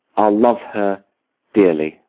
i'll love her dearly,